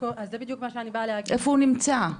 איפה הוא נמצא?